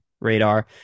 radar